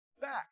back